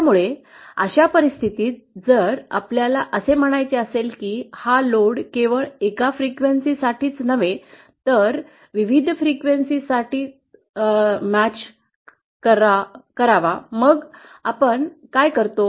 त्यामुळे अशा परिस्थितीत जर आपल्याला असे म्हणायचे असेल की हा लोड केवळ एका फ्रिक्वेन्सीसाठीच नव्हे तर विविध फ्रिक्वेन्सीसाठी जुळवाजुळव करा मग आपण काय करतो